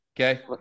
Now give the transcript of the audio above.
Okay